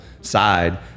side